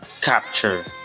capture